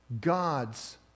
God's